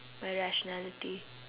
my rationality